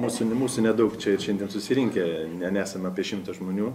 mūsų ne mūsų nedaug čia čia šiandien susirinkę ne nesam apie šimtą žmonių